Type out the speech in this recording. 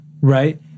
right